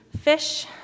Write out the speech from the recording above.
fish